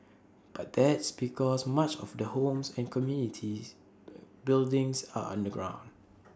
but that's because much of the homes and communities buildings are underground